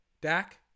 Dak